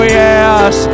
yes